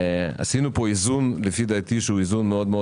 עשינו פה איזון לפי דעתי שהוא איזון מאוד מאוד